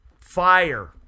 Fire